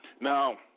Now